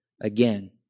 again